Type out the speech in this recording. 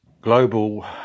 Global